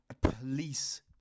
police